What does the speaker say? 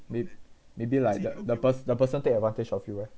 may~ maybe like the the pers~ the person take advantage of you right